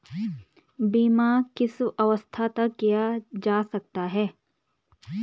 बीमा किस अवस्था तक किया जा सकता है?